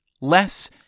Less